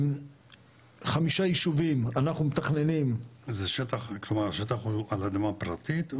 חמישה יישובים אנחנו מתכננים --- זה שטח על אדמה פרטית,